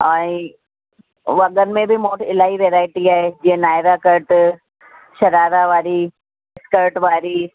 ऐं वॻनि में बि मूं वटि इलाही वैरायटी आहे जीअं नायरा कट शरारा वारी स्कर्ट वारी